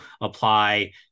apply